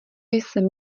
jsem